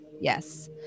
Yes